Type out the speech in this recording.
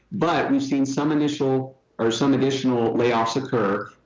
but we've seen some initial or some additional layoffs occur,